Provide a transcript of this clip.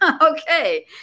Okay